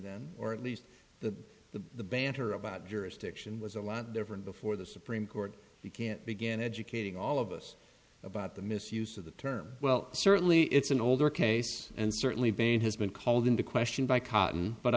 me or at least the the the banter about jurisdiction was a lot different before the supreme court you can't begin educating all of us about the misuse of the term well certainly it's an older case and certainly bain has been called into question by cotton but i